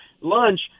lunch